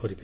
କରିବେ